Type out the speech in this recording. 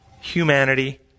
humanity